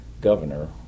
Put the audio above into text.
governor